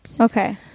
Okay